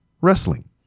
Wrestling